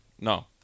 No